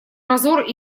разор